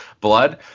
blood